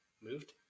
moved